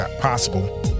possible